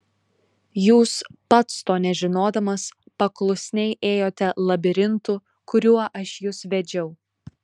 jūs pats to nežinodamas paklusniai ėjote labirintu kuriuo aš jus vedžiau